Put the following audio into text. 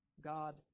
God